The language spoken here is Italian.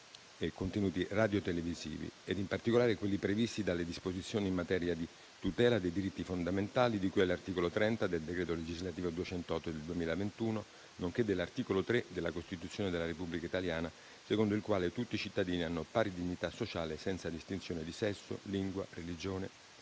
e contenuti radiotelevisivi, in particolare quelli previsti dalle disposizioni in materia di tutela dei diritti fondamentali di cui all'articolo 30 del decreto legislativo n. 208 del 2021, nonché dell'articolo 3 della Costituzione della Repubblica italiana, secondo il quale tutti i cittadini hanno pari dignità sociale senza distinzione di sesso, razza, lingua, religione